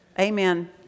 Amen